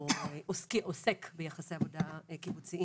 או עוסק ביחסי עבודה קיבוציים: